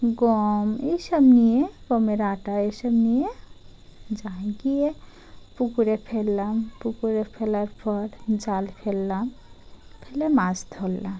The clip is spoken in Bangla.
গম এইসব নিয়ে গমের আটা এইসব নিয়ে যা গিয়ে পুকুরে ফেললাম পুকুরে ফেলার পর জাল ফেললাম ফেলে মাছ ধরলাম